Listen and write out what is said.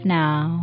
now